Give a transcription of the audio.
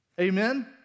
Amen